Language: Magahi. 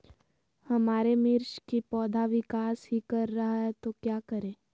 हमारे मिर्च कि पौधा विकास ही कर रहा है तो क्या करे?